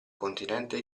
continente